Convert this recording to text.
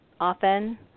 often